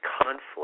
conflict